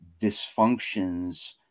dysfunctions